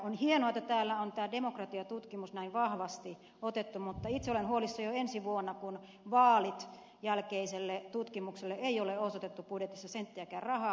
on hienoa että täällä on tämä demokratiatutkimus näin vahvasti otettu esille mutta itse olen huolissani jo ensi vuonna kun vaalien jälkeiselle tutkimukselle ei ole osoitettu budjetissa senttiäkään rahaa